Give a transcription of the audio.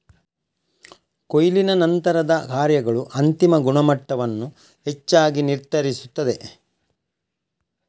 ಕೊಯ್ಲಿನ ನಂತರದ ಕಾರ್ಯಗಳು ಅಂತಿಮ ಗುಣಮಟ್ಟವನ್ನು ಹೆಚ್ಚಾಗಿ ನಿರ್ಧರಿಸುತ್ತದೆ